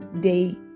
Day